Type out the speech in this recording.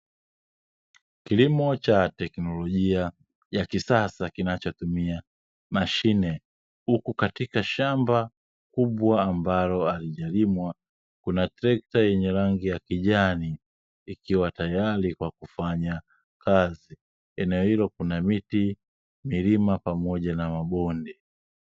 Kilimo cha teknolojia ya kisasa kinachotumia mashine, huku katika shamba kubwa ambalo halijalimwa, kuna trekta lenye rangi ya kijani ikiwa tayari kwa kufanya kazi. Eneo hilo kuna miti, milima pamoja na mabonde.